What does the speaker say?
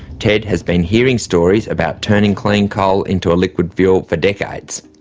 ted has been hearing stories about turning clean coal into a liquid fuel for decades.